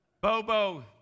Bobo